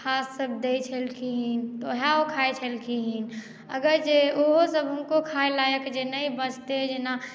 घास सभ दै छलखिन तऽ वएह सभ ओ खाइ छलखिन अगर जे ओहो सभ जे हुनको खाय लायक नहि बचतै जेना